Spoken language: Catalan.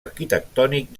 arquitectònic